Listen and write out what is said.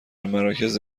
مراکز